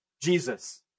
Jesus